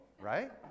right